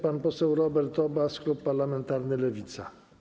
Pan poseł Robert Obaz, klub parlamentarny Lewica.